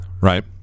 Right